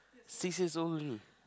six years old only